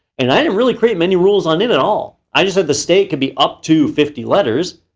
and i didn't really create many rules on it at all. i just said the state could be up to fifty letters.